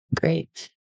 Great